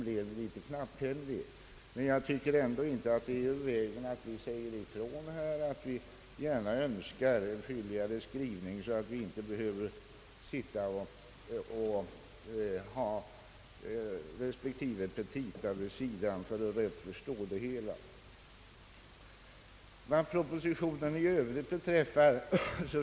Det är ändå befogat att vi här säger ifrån att vi önskar en fylligare skrivning, så att vi inte behöver studera respektive petita vid sidan om för att rätt förstå propositionens innehåll.